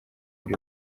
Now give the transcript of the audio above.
kuri